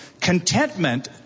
Contentment